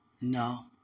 No